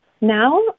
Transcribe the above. Now